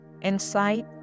insight